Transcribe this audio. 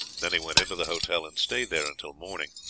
then he went into the hotel and stayed there until morning.